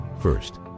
First